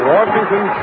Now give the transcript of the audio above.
Washington